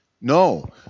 No